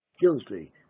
guilty